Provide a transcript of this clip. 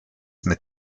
mit